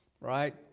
right